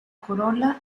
corola